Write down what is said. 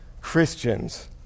Christians